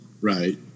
right